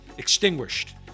Extinguished